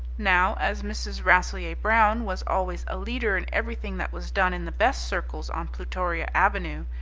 now as mrs. rasselyer-brown was always a leader in everything that was done in the best circles on plutoria avenue,